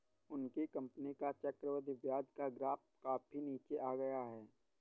उनकी कंपनी का चक्रवृद्धि ब्याज का ग्राफ काफी नीचे आ गया है